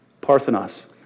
Parthenos